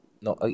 no